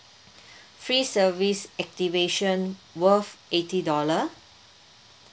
free service activation worth eighty dollar